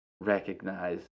recognize